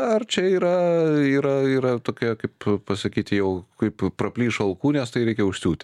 ar čia yra yra yra tokia kaip pasakyt jau kaip praplyšo alkūnės tai reikia užsiūti